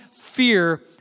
fear